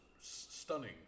stunning